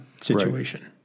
situation